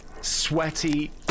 sweaty